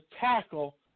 tackle